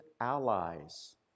allies